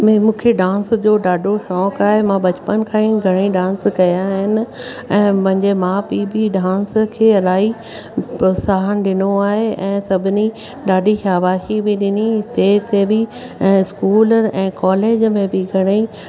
मूंखे डांस जो ॾाढो शौक़ु आहे मां बचपन खां ई घणेई डांस कया आहिनि ऐं मुंहिंजे माउ पीउ बि डांस खे अलाई प्रोत्साहन ॾिनो आहे ऐं सभिनी ॾाढी शाबासी बि ॾिनी स्टेज ते बि ऐं स्कूल ऐं कॉलेज में बि घणेई